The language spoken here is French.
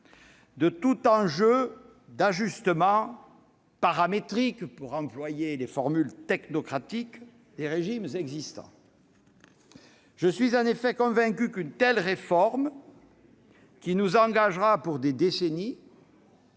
de tout enjeu d'ajustement paramétrique- pour employer une formule technocratique -des régimes existants. En effet, je suis convaincu que, s'agissant d'une réforme qui nous engagera pour des décennies,